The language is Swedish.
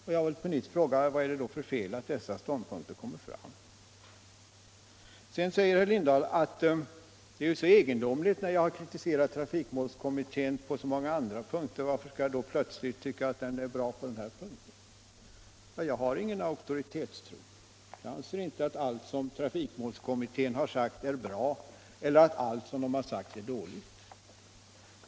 Och jag vill på nytt fråga: Vad är det då för fel att dessa ståndpunkter kommer fram? Herr Lindahl säger att det är så egendomligt att jag, när jag har kritiserat trafikmålskommittén på så många andra punkter, plötsligt tycker att kommitténs förslag är bra på den här punkten. Ja, jag har ingen auktoritetstro. Jag anser inte att allt som trafikmålskommittén har sagt är bra eller att allt som den har sagt är dåligt.